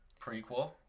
Prequel